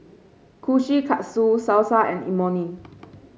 Kushikatsu Salsa and Imoni